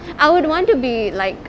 I would want to be like